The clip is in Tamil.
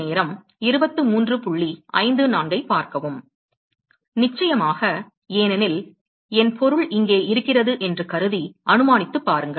நிச்சயமாக ஏனெனில் என் பொருள் இங்கே இருக்கிறது என்று கருதி அனுமானித்துப் பாருங்கள்